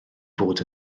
fod